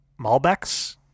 Malbecs